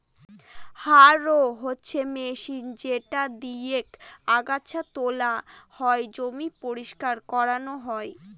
harrow হচ্ছে machine যেটা দিয়েক আগাছা তোলা হয়, জমি পরিষ্কার করানো হয়